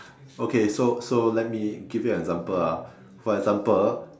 okay so so let me give you an example ah for example